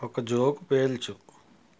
ఒక జోక్ పేల్చు